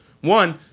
One